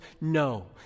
no